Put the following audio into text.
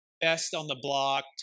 best-on-the-block